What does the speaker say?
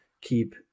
keep